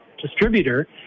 distributor